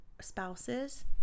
spouses